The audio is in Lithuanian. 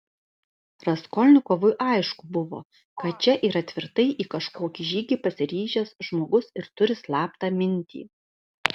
raskolnikovui aišku buvo kad čia yra tvirtai į kažkokį žygį pasiryžęs žmogus ir turi slaptą mintį